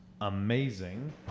amazing